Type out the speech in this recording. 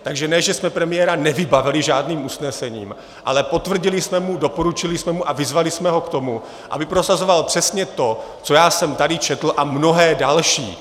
Takže ne že jsme premiéra nevybavili žádným usnesením, ale potvrdili jsme mu, doporučili jsme mu a vyzvali jsme ho k tomu, aby prosazoval přesně to, co já jsem tady četl, a mnohé další.